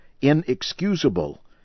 inexcusable